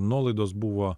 nuolaidos buvo